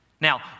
Now